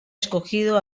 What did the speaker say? escogido